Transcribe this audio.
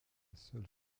seule